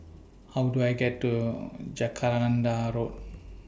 How Do I get to Jacaranda Road